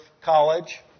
college